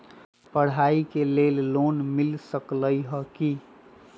पढाई के लेल लोन मिल सकलई ह की?